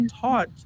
taught